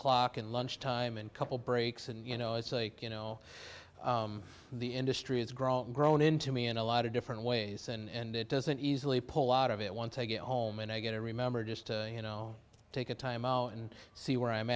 clock and lunch time and couple breaks and you know it's a you know the industry has grown grown into me in a lot of different ways and it doesn't easily pull out of it once i get home and i get to remember just you know take a time out and see where i'm